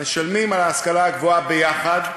משלמים על ההשכלה הגבוהה ביחד,